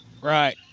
Right